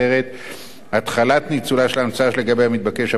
התחלת ניצולה של האמצאה שלגביה מתבקש הפטנט או חשש לכך,